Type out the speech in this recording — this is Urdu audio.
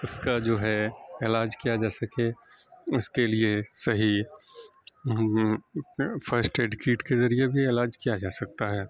اس کا جو ہے علاج کیا جا سکے اس کے لیے صحیح فرسٹ ایڈ کیٹ کے ذریعے بھی علاج کیا جا سکتا ہے